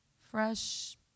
fresh